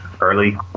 early